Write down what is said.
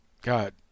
God